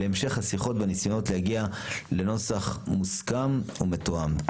להמשך השיחות והניסיונות להגיע לנוסח מוסכם ומתואם.